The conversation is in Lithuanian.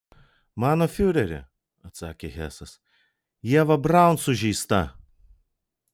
mano fiureri atsakė hesas ieva braun sužeista